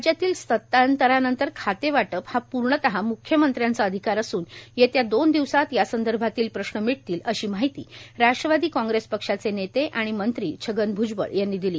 राज्यातील सतांतरानंतर खाते वाटप हा पूर्णत म्ख्यमंत्र्यांचा अधिकार असून येत्या दोन दिवसात यासंदर्भातील प्रश्न मिटतील अशी माहिती राष्ट्रवादी कॉग्रेस पक्षाचे नेते आणि मंत्री छगन भ्जबळ यांनी दिली